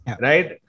right